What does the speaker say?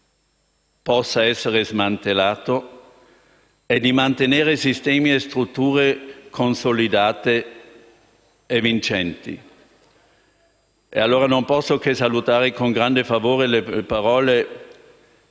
possa essere smantellato, mantenendo sistemi e strutture consolidate e vincenti. Non posso, allora, che salutare con grande favore le parole